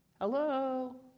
hello